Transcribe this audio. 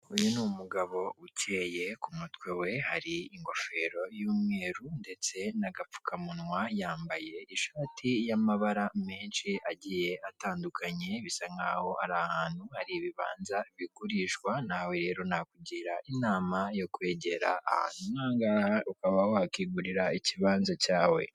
Uyu ni umugabo ukeye ku mutwe we hari ingofero y'umweru ndetse n'agapfukamunwa, yambaye ishati y'amabara menshi agiye atandukanye bisa nkaho ari ahantu hari ibibanza bigurishwa, nawe rero nakugira inama yo kwegera ahantu nk'ahangaha ukaba wakigurira ikibanza cyawe.